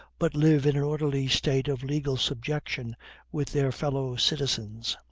but live in an orderly state of legal subjection with their fellow-citizens.